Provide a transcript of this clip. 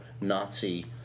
Nazi